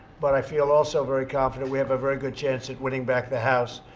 but i feel also very confident we have a very good chance at winning back the house.